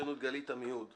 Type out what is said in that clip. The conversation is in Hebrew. גלית עמיהוד,